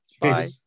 Bye